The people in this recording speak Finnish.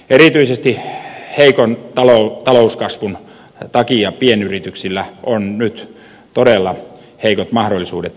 erityisesti heikon talouskasvun takia pienyrityksillä on nyt todella heikot mahdollisuudet menestyä